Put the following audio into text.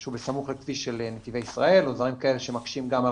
שהוא בסמוך לכביש של נתיבי ישראל או דברים כאלה שמקשים גם על